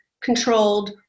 controlled